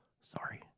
Sorry